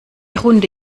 runde